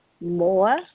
more